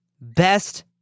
best